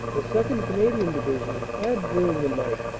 the second. canadian division had, during the night,